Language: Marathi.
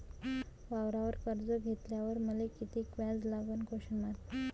वावरावर कर्ज घेतल्यावर मले कितीक व्याज लागन?